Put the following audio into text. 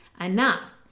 enough